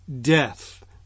death